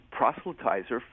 proselytizer